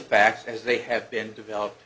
facts as they have been developed